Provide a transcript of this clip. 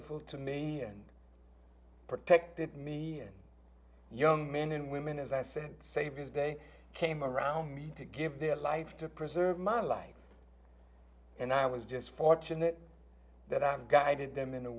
l to me and protected me and young men and women as i said saviors day came around me to give their lives to preserve my life and i was just fortunate that i have guided them in a